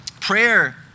Prayer